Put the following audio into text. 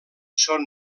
són